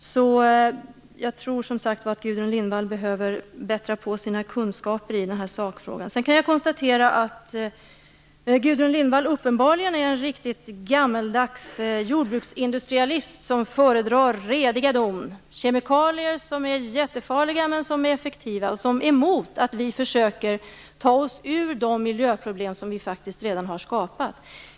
Jag tror som sagt att Gudrun Lindvall behöver bättra på sina kunskaper i sakfrågan. Jag kan också konstatera att Gudrun Lindvall uppenbarligen är en riktigt gammaldags jordbruksindustrialist, som föredrar rediga don - kemikalier som är jättefarliga men effektiva - och som är emot att vi försöker ta oss ur de miljöproblem som vi faktiskt redan har skapat.